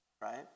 right